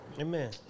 Amen